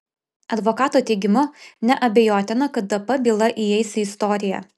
advokato teigimu neabejotina kad dp byla įeis į istoriją